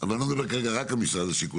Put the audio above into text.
אני לא מדבר רק על משרד השיכון,